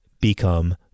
become